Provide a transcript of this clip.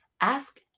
ask